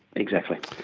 exactly.